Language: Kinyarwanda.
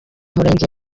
murenge